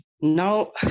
Now